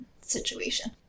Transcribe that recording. situation